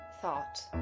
Thought